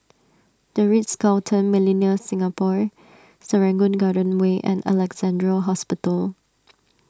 the Ritz Carlton Millenia Singapore Serangoon Garden Way and Alexandra Hospital